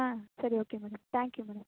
ஆ சரி okay madam thank you madam